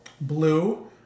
blue